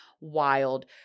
wild